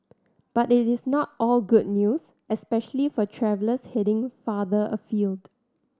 but it is not all good news especially for travellers heading farther afield